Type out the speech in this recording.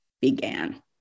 began